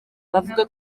bavuga